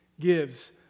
gives